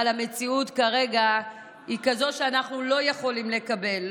אבל המציאות כרגע היא כזו שאנחנו לא יכולים לקבל.